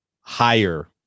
higher